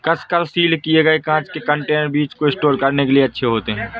कसकर सील किए गए कांच के कंटेनर बीज को स्टोर करने के लिए अच्छे होते हैं